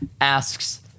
Asks